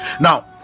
now